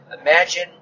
imagine